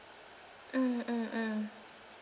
mm mm mm